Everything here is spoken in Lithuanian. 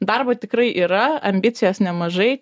darbo tikrai yra ambicijos nemažai